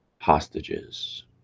hostages